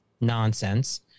nonsense